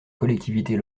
collectivités